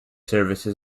services